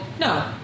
no